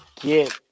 get